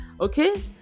okay